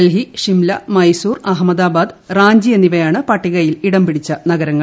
ഡൽഹി ഷിംല മൈസൂർ അഹമ്മദാബ്രിദ്ട് റാഞ്ചി എന്നിവയാണ് പട്ടികയിൽ ഇടംപിടിച്ച നഗരങ്ങൾ